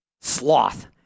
Sloth